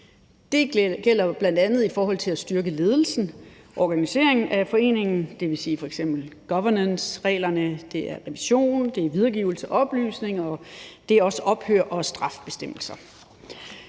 Det gælder jo bl.a. i forhold til at styrke ledelsen og organiseringen af foreningen, dvs. f.eks. governancereglerne, det er revision, det er videregivelse af oplysninger, og det er også ophør og straffebestemmelser,